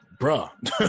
bruh